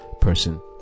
person